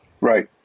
Right